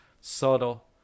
subtle